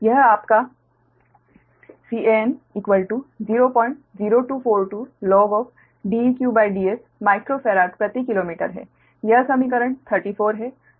यह एक आपका Can 00242 logDeqDs माइक्रो फेराड प्रति किलोमीटर है यह समीकरण 34 है